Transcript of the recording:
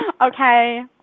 okay